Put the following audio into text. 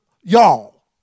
y'all